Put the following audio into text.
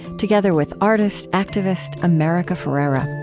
together with artist activist america ferrera